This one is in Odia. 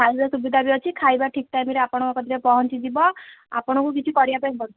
ଖାଇବା ସୁବିଧା ବି ଅଛି ଖାଇବା ଠିକ୍ ଟାଇମ୍ରେ ଆପଣ କତିରେ ପହଞ୍ଚିଯିବ ଆପଣଙ୍କୁ କିଛି କରିବା ପାଇଁ ପଡ଼ି